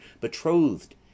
Betrothed